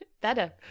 better